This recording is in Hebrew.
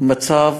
מצב